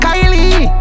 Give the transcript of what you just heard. Kylie